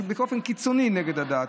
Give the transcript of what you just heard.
באופן קיצוני נגד הדת,